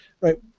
right